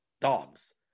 dogs